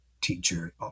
teacher